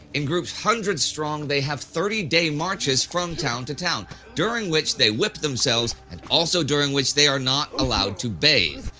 in groups hundreds strong they have thirty day marches from town to town, during which they whip themselves, and also during which they are not to bathe.